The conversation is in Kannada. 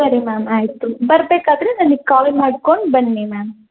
ಸರಿ ಮ್ಯಾಮ್ ಆಯಿತು ಬರಬೇಕಾದ್ರೆ ನನಿಗೆ ಕಾಲ್ ಮಾಡ್ಕೊಂಡು ಬನ್ನಿ ಮ್ಯಾಮ್